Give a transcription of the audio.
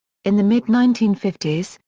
in the mid nineteen fifty s,